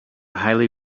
highly